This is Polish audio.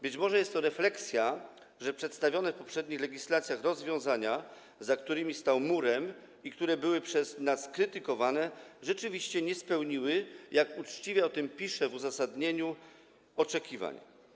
Być może jest to refleksja, że przedstawione w poprzednich legislacjach rozwiązania, za którymi stał murem i które były przez nas krytykowane, rzeczywiście nie spełniły, jak uczciwie o tym pisze w uzasadnieniu, oczekiwań.